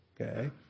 Okay